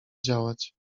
działać